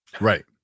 Right